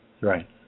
Right